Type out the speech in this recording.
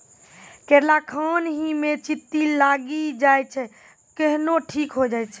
करेला खान ही मे चित्ती लागी जाए छै केहनो ठीक हो छ?